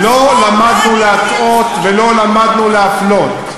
אנחנו פשוט לא למדנו להטעות ולא למדנו להפלות.